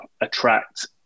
attract